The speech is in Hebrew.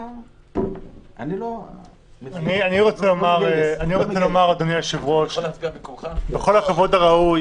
אני רוצה לומר אדוני היושב ראש בכל הכבוד הראוי